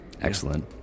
Excellent